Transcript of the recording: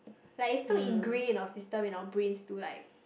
like it's still ingrain in our system and our brains to like